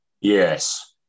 Yes